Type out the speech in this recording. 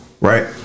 right